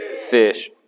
Fish